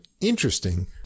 interesting